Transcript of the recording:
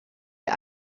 der